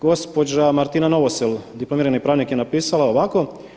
Gospođa Martina Novosel, diplomirani pravnik je napisala ovako.